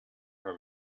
her